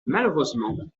malheureusement